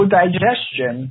digestion